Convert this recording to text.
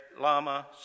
lama